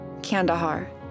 Kandahar